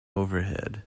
overhead